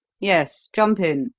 yes jump in,